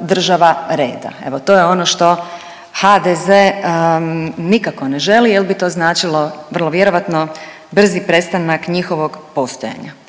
država reda, evo to je ono što HDZ nikako ne želi jer bi to značilo, vrlo vjerovatno, brzi prestanak njihovog postojanja.